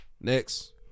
Next